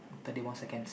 thirty more seconds